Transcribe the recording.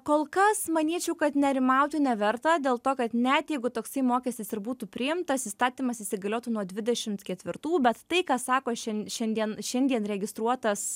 kol kas manyčiau kad nerimauti neverta dėl to kad net jeigu toksai mokestis ir būtų priimtas įstatymas įsigaliotų nuo dvidešimt ketvirtų bet tai ką sako šian šiandien šiandien registruotas